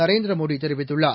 நரேந்திரமோடி தெரிவித்துள்ளார்